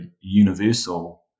universal